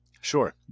Sure